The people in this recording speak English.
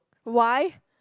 why